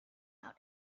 out